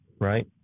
Right